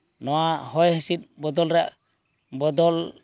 ᱱᱚᱣᱟ ᱦᱚᱭ ᱦᱤᱸᱥᱤᱫ ᱵᱚᱫᱚᱞ ᱨᱮ ᱵᱚᱫᱚᱞ